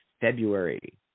february